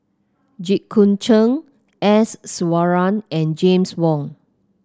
Jit Koon Ch'ng S Iswaran and James Wong